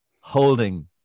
holding